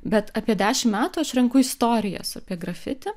bet apie dešimt metų aš renku istorijas apie grafiti